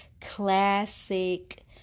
classic